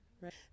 right